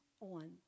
on